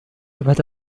بعد